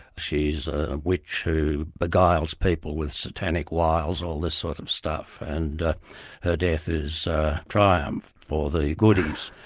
she's a witch who beguiles people with satanic wiles, all this sort of stuff, and her death is a triumph for the goodies.